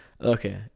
Okay